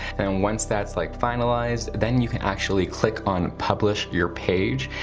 and once that's like finalized, then you can actually click on publish your page.